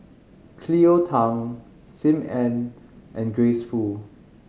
Cleo Thang Sim Ann and Grace Fu